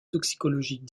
toxicologiques